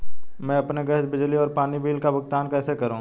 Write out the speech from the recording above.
मैं अपने गैस, बिजली और पानी बिल का भुगतान कैसे करूँ?